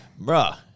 Bruh